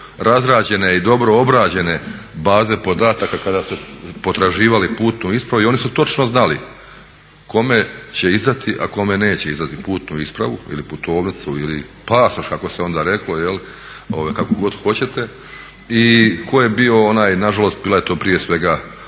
razrađene i dobro obrađene baze podataka kada ste potraživali putnu ispravu i oni su točno znali kome će izdati, a kome neće izdati putnu ispravu ili putovnicu ili pasoš kako se onda reklo, kako god hoćete. I tko je bio onaj na žalost bila je to prije svega